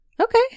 okay